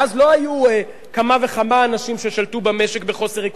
ואז לא היו כמה וכמה אנשים ששלטו במשק בחוסר ריכוזיות,